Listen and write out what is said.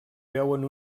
veuen